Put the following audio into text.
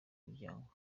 imiryango